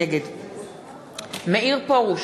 נגד מאיר פרוש,